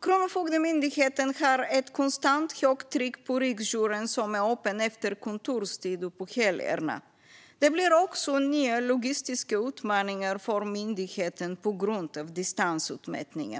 Kronofogdemyndigheten har ett konstant högt tryck på riksjouren som är öppen efter kontorstid och på helgerna. Det blir också nya logistiska utmaningar för myndigheten på grund av distansutmätningen.